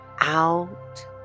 out